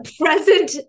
present